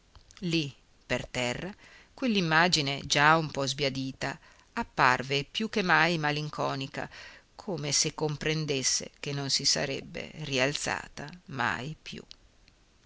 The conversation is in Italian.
lì per terra quell'immagine già un po sbiadita apparve più che mai malinconica come se comprendesse che non si sarebbe rialzata mai più